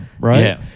right